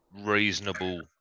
reasonable